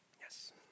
Yes